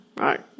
right